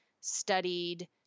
studied